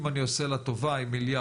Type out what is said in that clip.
אם אני עושה לה טובה היא מיליארד,